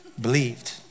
Believed